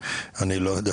אני לא יודע,